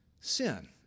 sin